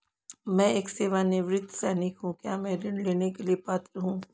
मैं एक सेवानिवृत्त सैनिक हूँ क्या मैं ऋण लेने के लिए पात्र हूँ?